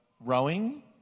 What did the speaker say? rowing